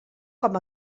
com